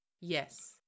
Yes